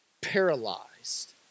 paralyzed